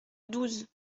douze